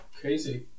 Crazy